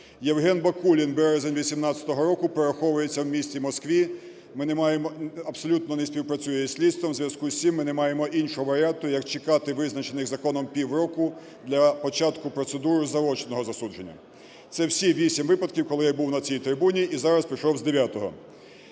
Євген Бакулін – березень 18-го року. Переховується в місті Москві, ми не маємо… абсолютно не співпрацює зі слідством, у зв'язку з чим ми не маємо іншого варіанту, як чекати визначених законом півроку для початку процедури заочного засудження. Це всі 8 випадків, коли я був на цій трибуні і зараз прийшов з 9-го.